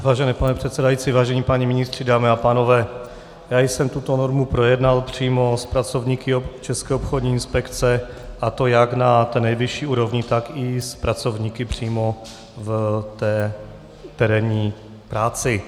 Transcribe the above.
Vážený pane předsedající, vážení páni ministři, dámy a pánové, já jsem tuto normu projednal přímo s pracovníky České obchodní inspekce, a to jak na té nejvyšší úrovni, tak i s pracovníky přímo v terénní práci.